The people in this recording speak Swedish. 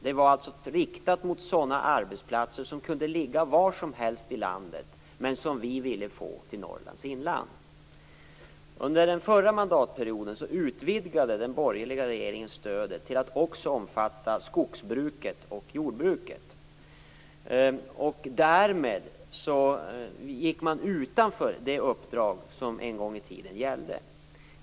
Det var riktat mot arbetsplatser om kunde ligga var som helst i landet, men som vi ville få till Norrlands inland. Under den förra mandatperioden utvidgade den borgerliga regeringen stödet till att också omfatta skogsbruket och jordbruket. Därmed gick man utanför det uppdrag som en gång i tiden gällde.